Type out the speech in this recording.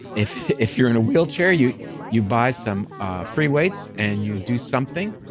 if if you're in a wheelchair, you you buy some ah free weights and you do something,